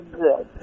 good